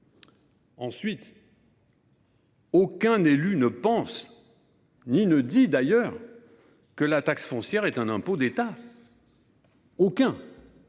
Ensuite, aucun élu local ne pense ni ne dit d’ailleurs que la taxe foncière est un impôt d’État !